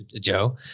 joe